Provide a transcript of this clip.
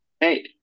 Hey